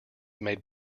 made